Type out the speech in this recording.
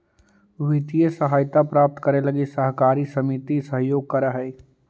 वित्तीय सहायता प्राप्त करे लगी सहकारी समिति सहयोग करऽ हइ